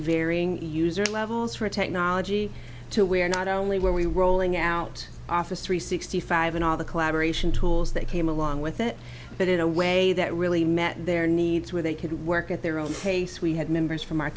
varying user levels for technology to where not only where we were rolling out office three sixty five and all the collaboration tools that came along with it but in a way that really met their needs where they could work at their own pace we had members from our